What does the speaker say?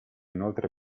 inoltre